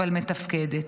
אבל מתפקדת.